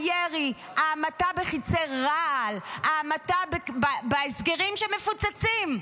הירי, ההמתה בחיצי רעל, ההמתה בהסגרים שמפוצצים,